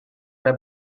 era